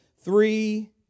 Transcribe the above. three